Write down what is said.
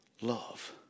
love